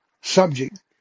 subject